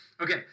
Okay